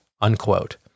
unquote